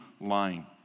Lying